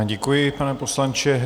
Děkuji, pane poslanče.